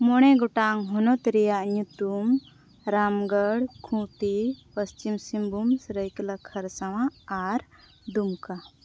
ᱢᱚᱬᱮ ᱜᱚᱴᱟᱝ ᱦᱚᱱᱚᱛ ᱨᱮᱭᱟᱜ ᱧᱩᱛᱩᱢ ᱨᱟᱢᱜᱚᱲ ᱠᱷᱩᱸᱴᱤ ᱯᱚᱪᱷᱤᱢ ᱥᱤᱝᱵᱷᱩᱢ ᱥᱟᱹᱨᱟᱹᱭᱠᱮᱞᱞᱟ ᱠᱷᱟᱨᱥᱟᱣᱟ ᱟᱨ ᱫᱩᱢᱠᱟᱹ